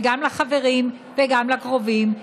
גם לחברים וגם לקרובים,